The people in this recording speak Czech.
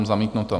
Zamítnuto.